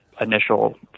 initial